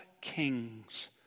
Kings